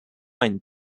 ein